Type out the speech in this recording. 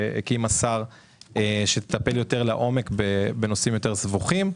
יש ועדה ציבורית שהקים השר שתטפל יותר לעומק בנושאים יותר סבוכים.